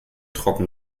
trocken